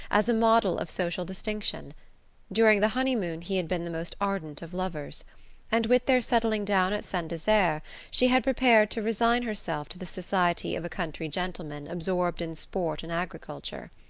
as a model of social distinction during the honeymoon he had been the most ardent of lovers and with their settling down at saint desert she had prepared to resign herself to the society of a country gentleman absorbed in sport and agriculture.